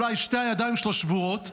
אולי שתי הידיים שלו שבורות.